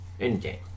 Endgame